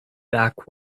back